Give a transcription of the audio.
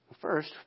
First